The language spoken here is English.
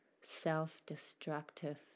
self-destructive